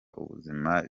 ubuzima